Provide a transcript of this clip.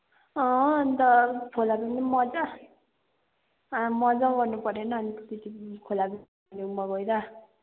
अँ अन्त खोलामा पनि मजा मजा गर्नु परेन अनि खोलाको छेउमा गएर